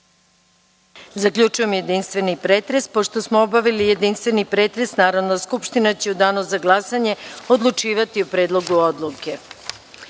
Zaključujem jedinstveni pretres. Pošto smo obavili jedinstveni pretres, Narodna skupština će u danu za glasanje odlučivati o Predlogu